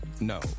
no